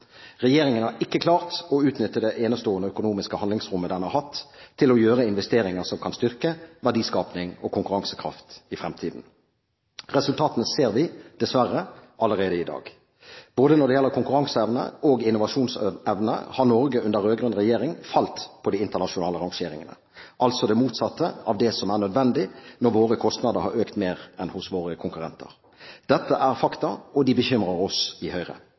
Regjeringen har ikke klart å utnytte det enestående økonomiske handlingsrommet den har hatt til å gjøre investeringer som kan styrke verdiskaping og konkurransekraft i fremtiden. Resultatene ser vi dessverre allerede i dag. Både når det gjelder konkurranseevne og innovasjonsevne, har Norge under rød-grønn regjering falt på de internasjonale rangeringene – altså det motsatte av det som er nødvendig når våre kostnader har økt mer enn hos våre konkurrenter. Dette er fakta, og de bekymrer oss i Høyre.